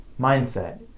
mindset